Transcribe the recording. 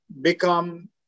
become